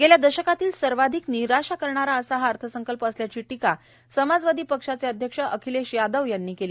गेल्या दशकातील सर्वाधिक निराशा करणाय असा हा अर्थसंकल्प असल्याची दीका समाजवादी पक्षाचे अध्यक्ष अखिलेश यादव यांनी केली